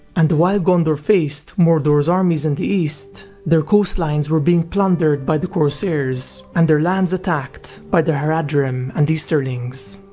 and while gondor faced mordor's armies in the east, their coastlines were being plundered by the corsairs, and their lands attacked by the haradrim and easterlings.